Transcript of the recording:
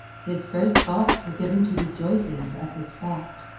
his first thoughts were given to rejoicings at this fact.